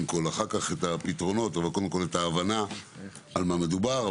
ואחר-כך את הפתרונות אבל קודם כול את ההבנה על מה מדובר.